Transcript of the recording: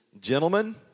Gentlemen